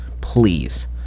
Please